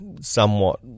somewhat